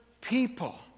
people